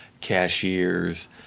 cashiers